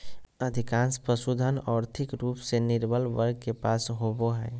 अधिकांश पशुधन, और्थिक रूप से निर्बल वर्ग के पास होबो हइ